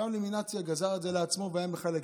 שם למינציה, גזר את זה לעצמו והיה מחלק.